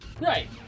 Right